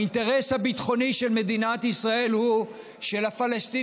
האינטרס הביטחוני של מדינת ישראל הוא שלפלסטינים